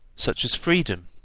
such as freedom,